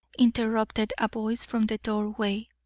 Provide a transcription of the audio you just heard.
interrupted a voice from the doorway.